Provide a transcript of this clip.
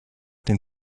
den